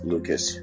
Lucas